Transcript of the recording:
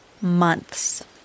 months